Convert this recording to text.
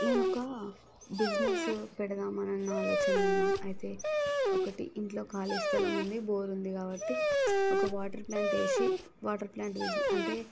నేను ఒక బిజినెసు పెడదాం అని అన్న ఆలోచనలో ఉన్నాను అయితే ఒకటి ఇంట్లో ఖాళీ స్థలం ఉంది బోర్ ఉంది కాబట్టి ఒక వాటర్ ప్లాంట్ వేసి వాటర్ ప్లాంట్ వేసి అంటే